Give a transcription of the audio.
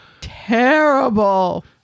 Terrible